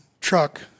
truck